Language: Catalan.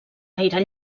gaire